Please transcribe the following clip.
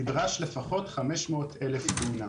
נידרש לפחות 500,000 דונם.